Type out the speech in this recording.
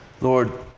Lord